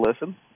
listen